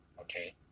okay